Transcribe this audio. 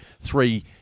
three